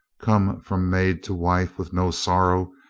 come from maid to wife with no sorrow,